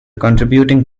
contributing